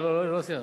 לא, לא סיימתי.